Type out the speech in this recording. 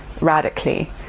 radically